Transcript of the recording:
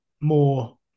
more